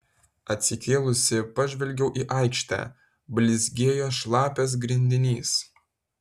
atsikėlusi pažvelgiau į aikštę blizgėjo šlapias grindinys